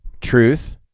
truth